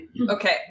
okay